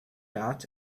out